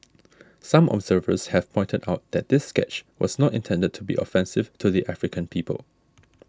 some observers have pointed out that this sketch was not intended to be offensive to the African people